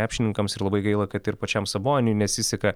krepšininkams ir labai gaila kad ir pačiam saboniui nesiseka